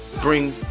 bring